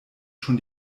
schon